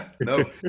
No